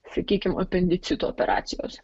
sakykime apendicito operacijos